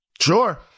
sure